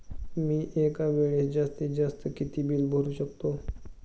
मी एका वेळेस जास्तीत जास्त किती बिल भरू शकतो?